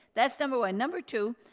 that's number one. number two,